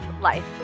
life